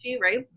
right